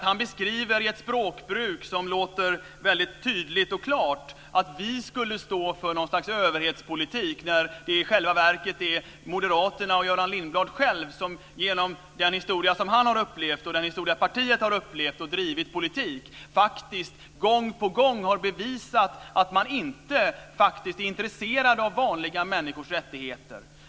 Han använder ett språkbruk som väldigt tydligt och klart beskriver det som att vi skulle stå för något slags överhetspolitik, när det i själva verket är moderaterna och Göran Lindblad själv som genom den politik som han och hans parti har bedrivit gång på gång har bevisat att man inte är intresserad av vanliga människors rättigheter.